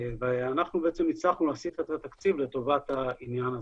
אנחנו הצלחנו להסיט את התקציב לעניין הזה.